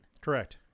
Correct